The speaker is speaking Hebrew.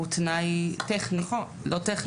הוא תנאי מהותי.